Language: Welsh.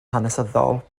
hanesyddol